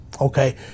okay